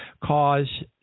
cause